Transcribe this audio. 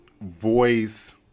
voice